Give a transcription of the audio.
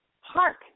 Hark